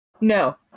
No